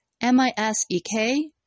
M-I-S-E-K